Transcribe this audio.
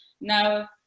Now